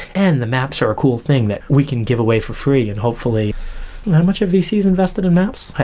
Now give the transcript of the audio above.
and the maps are a cool thing that we can give away for free, and hopefully not much of dc is invested in maps.